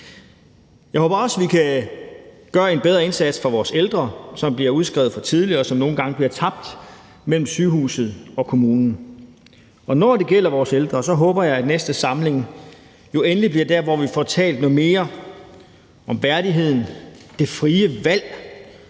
Jeg håber også, at vi kan gøre en bedre indsats for vores ældre, som bliver udskrevet for tidligt, og som nogle gange bliver tabt mellem sygehuset og kommunen. Og når det gælder vores ældre, håber jeg, at næste samling endelig bliver der, hvor vi får talt noget mere om værdigheden, det frie valg